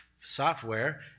software